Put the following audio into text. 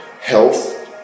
health